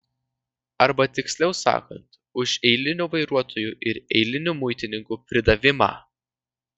arba tiksliau sakant už eilinių vairuotojų ir eilinių muitininkų pridavimą